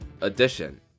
edition